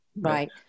Right